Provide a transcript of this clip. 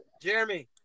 Jeremy